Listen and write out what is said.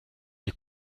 est